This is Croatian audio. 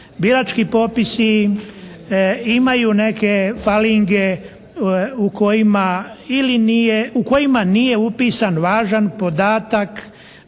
birački popisi imaju neke falinge u kojima ili nije, u kojima